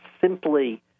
simply